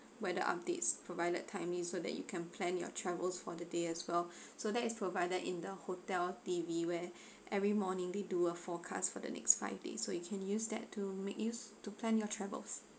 weather updates provided timely so that you can plan your travels for the day as well so that is provided in the hotel T_V where every morning they do a forecast for the next five days so you can use that to make use to plan your travels